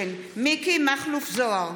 מכלוף מיקי זוהר,